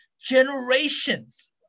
Generations